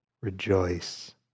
Rejoice